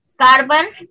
carbon